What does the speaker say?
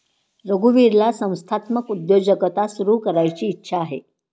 रघुवीरला संस्थात्मक उद्योजकता सुरू करायची इच्छा आहे